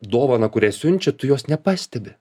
dovaną kurią siunčia tu jos nepastebi